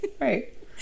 right